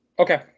Okay